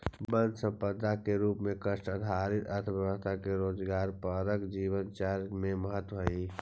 वन सम्पदा के रूप में काष्ठ आधारित अर्थव्यवस्था के रोजगारपरक जीवनचर्या में महत्त्व हइ